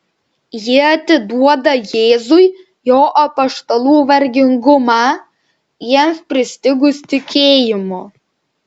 ji atiduoda jėzui jo apaštalų vargingumą jiems pristigus tikėjimo